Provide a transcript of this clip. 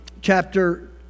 chapter